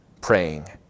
praying